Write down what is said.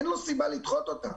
אין לו סיבה לדחות אותן.